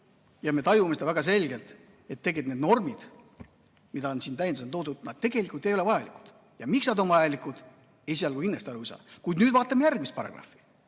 ja me tajume seda väga selgelt –, et need normid, mis on siin täiendusena toodud, tegelikult ei ole vajalikud. Ja miks nad on vajalikud, esialgu kindlasti aru ei saa. Kuid nüüd vaatame järgmist paragrahvi